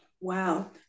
Wow